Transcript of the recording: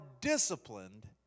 disciplined